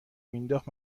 مینداخت